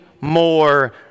more